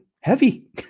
heavy